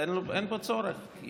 אין בו צורך,